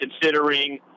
considering –